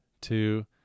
two